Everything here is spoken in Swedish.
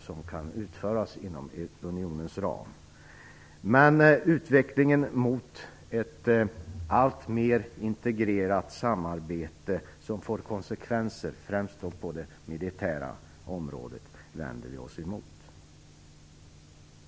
som kan utföras inom unionens ram. Utvecklingen mot ett alltmer integrerat samarbete som får konsekvenser främst på det militära området vänder vi oss emot.